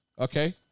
Okay